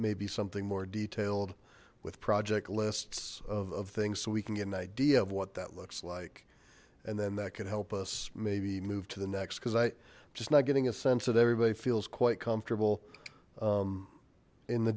maybe something more detailed with project lists of things so we can get an idea of what that looks like and then that could help us maybe move to the next because i just not getting a sense that everybody feels quite comfortable in the